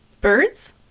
Birds